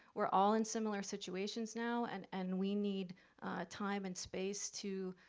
we're all in similar situations now, and and we need time and space to,